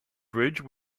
bridge